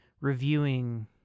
reviewing